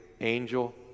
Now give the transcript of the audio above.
angel